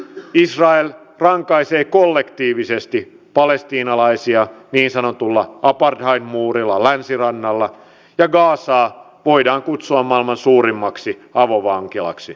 israel rankaisee kollektiivisesti palestiinalaisia niin sanotulla apartheidmuurilla länsirannalla ja gazaa voidaan kutsua maailman suurimmaksi avovankilaksi